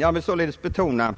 Jag vill således betona